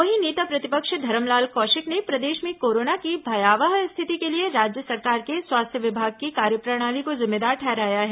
वहीं नेता प्रतिपक्ष धरमलाल कौशिक ने प्रदेश में कोरोना की भयावह स्थिति के लिए राज्य सरकार के स्वास्थ्य विभाग की कार्यप्रणाली को जिम्मेदार ठहराया है